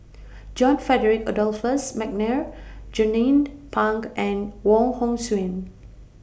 John Frederick Adolphus Mcnair Jernnine Pang and Wong Hong Suen